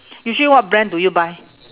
usually what brand do you buy